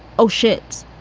oh, shit.